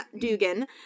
Dugan